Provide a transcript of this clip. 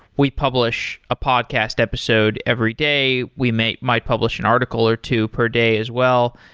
we publish a podcast episode every day. we might might publish an article or two per day as well.